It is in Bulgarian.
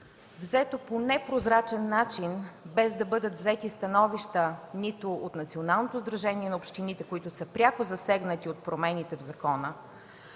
взето по непрозрачен начин, без да бъдат взети становища от Националното сдружение на общините, които са пряко засегнати от промените в закона;